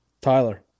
Tyler